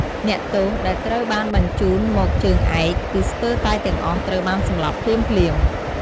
អ្នកទោសដែលត្រូវបានបញ្ជូនមកជើងឯក គឺស្ទើរតែទាំងអស់ត្រូវបានសម្លាប់ភ្លាមៗ។